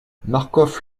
marcof